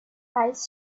eyes